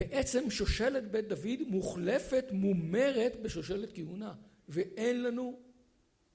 בעצם שושלת בית דוד מוחלפת, מומרת בשושלת כהונה, ואין לנו...